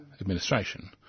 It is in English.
administration